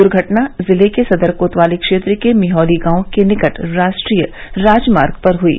दुर्घटना जिले के सदर कोतवाली क्षेत्र के मिहोली गांव के निकट राष्ट्रीय राजमार्ग पर हुयी